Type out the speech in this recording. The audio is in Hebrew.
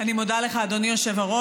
אני מודה לך, אדוני היושב-ראש.